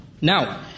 Now